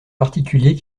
particulier